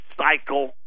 cycle